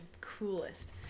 coolest